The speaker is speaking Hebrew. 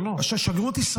לא, לא.